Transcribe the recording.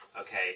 Okay